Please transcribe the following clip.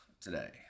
today